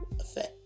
effect